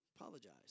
Apologize